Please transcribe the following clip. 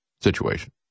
situation